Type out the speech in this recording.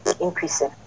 increasing